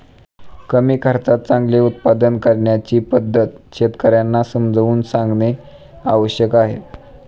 कमी खर्चात चांगले उत्पादन करण्याची पद्धत शेतकर्यांना समजावून सांगणे आवश्यक आहे